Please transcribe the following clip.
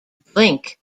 blink